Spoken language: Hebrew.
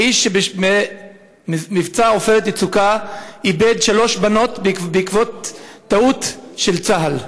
האיש שבמבצע "עופרת יצוקה" איבד שלוש בנות בעקבות טעות של צה"ל.